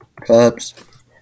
Cubs